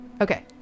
Okay